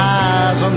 eyes